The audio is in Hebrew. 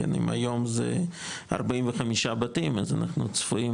אם היום זה 45 בתים אז אנחנו צפויים